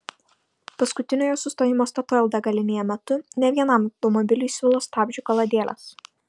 paskutiniojo sustojimo statoil degalinėje metu ne vienam automobiliui svilo stabdžių kaladėlės